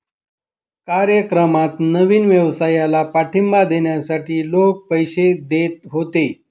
कार्यक्रमात नवीन व्यवसायाला पाठिंबा देण्यासाठी लोक पैसे देत होते